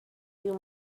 few